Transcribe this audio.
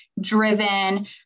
driven